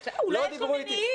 לא דברו אתי --- אולי יש לו מניעים.